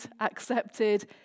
accepted